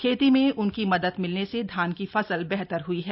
खेती में उनकी मदद मिलने से धान की फसल बेहतर हुई है